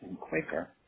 Quaker